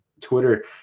Twitter